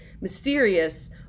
mysterious